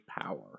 power